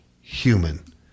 human